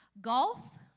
golf